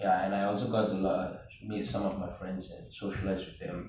and I also got to meet some of my friends and socialize with them